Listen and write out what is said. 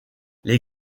les